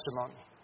testimony